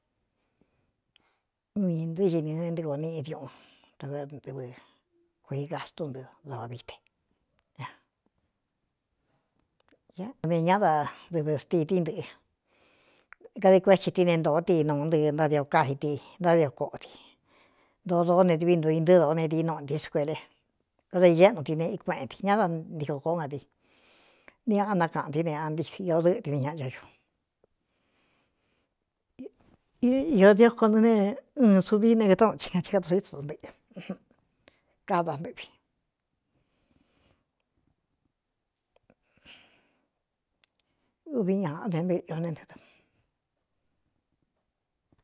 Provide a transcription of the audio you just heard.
Ni ntɨɨ́ini ne ntɨko níꞌi diuꞌun ta kɨvɨ kuii gastú nɨ da vāvií teñá dadɨvɨ stii tí ntɨꞌɨ gadi kuéti tií ne ntōó tinuu ntɨ ntádi o ká i ti ntádio koꞌo di ntoo dóó ne dɨvi ntu i ntɨɨ doó ne dií nuꞌunti skuele áda iéꞌnu ti neꞌi kueꞌentī ñá da ntiko kōó ñadi ni aꞌan nákaꞌan ti ne an tií ió dɨ́ꞌɨdɨvi ñaꞌa cha ñu diókuān nɨ ne ɨɨn sudii ne kātóꞌ un chi ka ti kata oítu nto ntɨꞌɨ kada ntɨꞌvivi ñ nɨɨ nen ɨ.